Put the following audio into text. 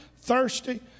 thirsty